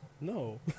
No